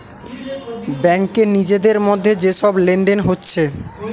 ব্যাংকে নিজেদের মধ্যে যে সব লেনদেন হচ্ছে